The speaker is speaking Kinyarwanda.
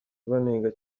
banenga